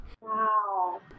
Wow